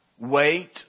Wait